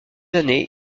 années